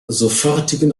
sofortigen